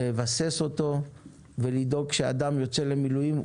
לבסס אותו ולדאוג שאדם יוצא למילואים,